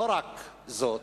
ולא רק זאת,